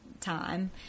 time